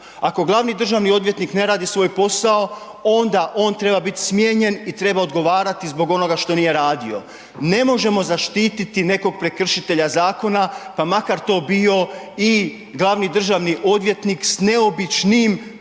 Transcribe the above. Ako glavni državni odvjetnik ne radi svoj posao, onda on treba biti smijenjen i treba odgovarati zbog onoga što nije radio. Ne možemo zaštititi nekog prekršitelja zakona, pa makar to bio i glavni državni odvjetnik s neobičnim, po mom